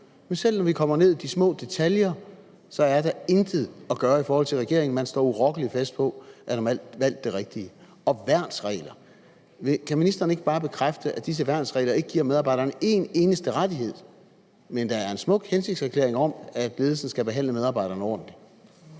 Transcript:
Men selv når vi kommer ned i de små detaljer, er der intet at gøre i forhold til regeringen. Man står urokkeligt fast på, at man har valgt det rigtige. Så er der værnsreglerne. Kan ministeren ikke bare bekræfte, at disse værnsregler ikke giver medarbejderne en eneste rettighed, men at der er en smuk hensigtserklæring om, at ledelsen skal behandle medarbejderne ordentligt?